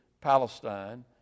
palestine